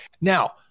Now